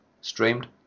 streamed